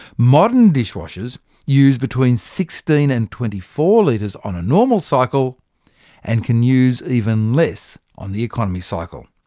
modern dishwashers use between sixteen and twenty four litres on a normal cycle and can use even less on the economy cycle.